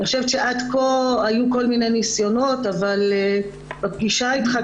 עד כה היו כל מיני ניסיונות אבל בפגישה אתך,